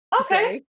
Okay